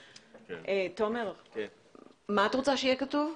מה את רוצה שיהיה כתוב?